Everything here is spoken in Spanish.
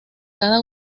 cada